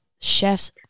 chefs